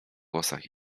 włosach